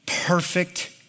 Perfect